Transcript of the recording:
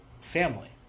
family